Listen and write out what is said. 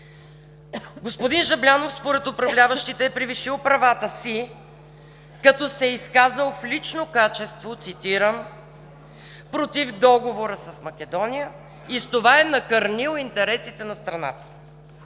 Господин Жаблянов според управляващите е превишил правата си, като се е изказал в лично качество, цитирам „против договора с Македония и с това е накърнил интересите на страната“.